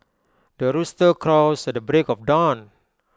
the rooster crows at the break of dawn